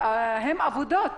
הן אבודות.